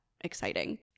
exciting